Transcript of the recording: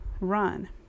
run